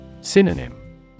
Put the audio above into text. Synonym